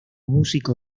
músico